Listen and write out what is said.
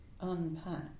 unpack